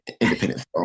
independent